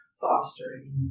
fostering